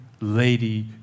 lady